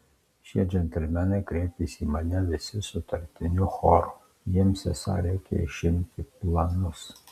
šie džentelmenai kreipėsi į mane visi sutartiniu choru jiems esą reikia išimti planus